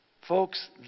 Folks